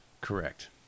Correct